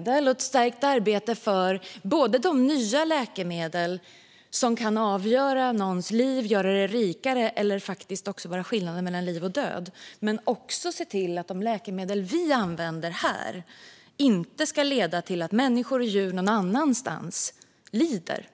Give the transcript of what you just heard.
Det handlar om ett stärkt arbete när det gäller nya läkemedel som kan avgöra någons liv, göra det rikare eller faktiskt också vara skillnaden mellan liv och död. Men det handlar också om att se till att de läkemedel vi använder här inte leder till att människor och djur någon annanstans lider.